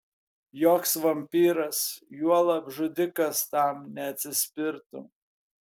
joks vampyras juolab žudikas tam neatsispirtų